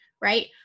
Right